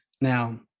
now